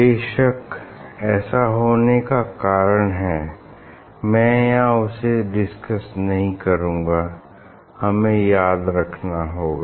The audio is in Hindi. बेसक ऐसा होने का कारण है मैं यहाँ उसे डिस्कस नहीं करूँगा हमें याद रखना होगा